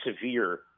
severe